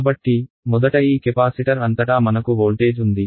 కాబట్టి మొదట ఈ కెపాసిటర్ అంతటా మనకు వోల్టేజ్ ఉంది